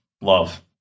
Love